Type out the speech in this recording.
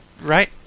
right